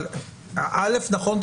נכון,